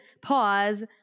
pause